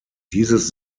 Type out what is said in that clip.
dieses